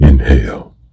Inhale